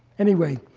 anyway,